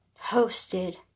Hosted